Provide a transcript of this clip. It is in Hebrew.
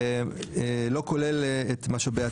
ולא כולל את משאבי הטבע.